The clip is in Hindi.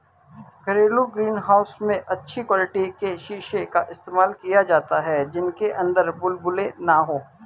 घरेलू ग्रीन हाउस में अच्छी क्वालिटी के शीशे का इस्तेमाल किया जाता है जिनके अंदर बुलबुले ना हो